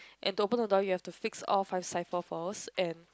and to open the door you have to fix all five cipher first and